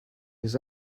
his